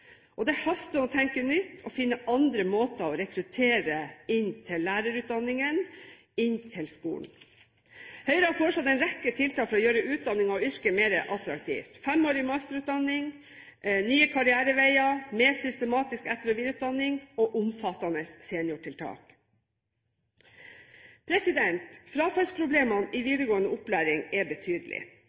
Det haster med å tenke nytt og finne andre måter å rekruttere inn til lærerutdanningen, inn til skolen, på. Høyre har foreslått en rekke tiltak for å gjøre utdanningen og yrket mer attraktivt: 5-årig masterutdanning, nye karriereveier, mer systematisk etter- og videreutdanning og omfattende seniortiltak. Frafallsproblemene i videregående opplæring er